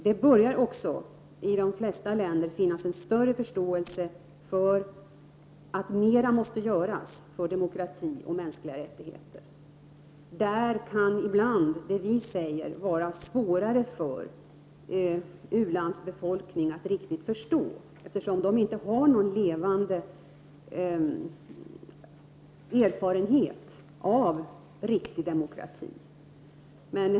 Det börjar också i de flesta länder finnas en större förståelse för att mer måste göras för demokrati och mänskliga rättigheter. Där kan ibland det vi säger vara svårare för en u-landsbefolkning att riktigt förstå, eftersom man inte har någon erfarenhet av en levande demokrati.